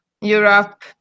Europe